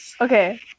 Okay